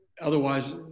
otherwise